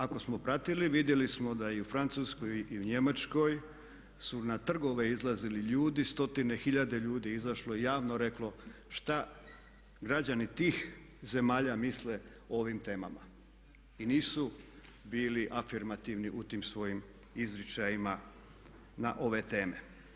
Ako smo pratili vidjeli smo da i u Francuskoj i u Njemačkoj su na trgove izlazili ljudi, stotine hiljade ljudi je izašlo, javno reklo šta građani tih zemalja misle o ovim temama i nisu bili afirmativni u tim svojim izričajima na ove teme.